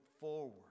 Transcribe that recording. forward